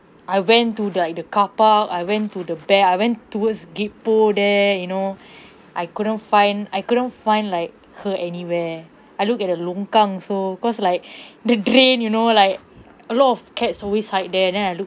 I went to the like carpark I went to the back I went towards gek poh there you know I couldn't find I couldn't find like her anywhere I look at a long kang also cause like the grain you know like a lot of cats always hide there then I look